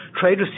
Trade